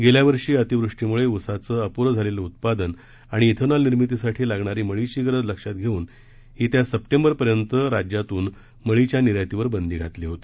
गेल्या वर्षी अतिवृष्टीमुळं उसाचं अपुरं झालेलं उत्पादन आणि इथेनॉल निर्मितीसाठी लागणारी मळी ची गरज लक्षात घेऊन येत्या सप्टेंबर पर्यंत राज्यातून मळीच्या निर्यातीवर बंदी घालण्यात आली होती